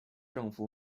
政府